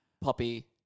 Poppy